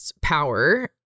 power